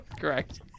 Correct